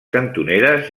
cantoneres